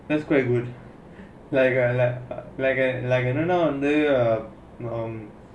that's great dude like um like um like என்ன நா வந்து:enna naa vanthu